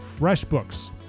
FreshBooks